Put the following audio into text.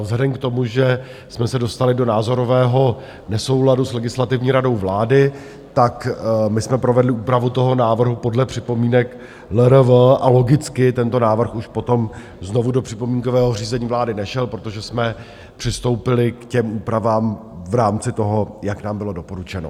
Vzhledem k tomu, že jsme se dostali do názorového nesouladu s Legislativní radou vlády, tak jsme provedli úpravu toho návrhu podle připomínek LRV a logicky tento návrh už potom znovu do připomínkového řízení vlády nešel, protože jsme přistoupili k těm úpravám v rámci toho, jak nám bylo doporučeno.